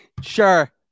Sure